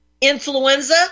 Influenza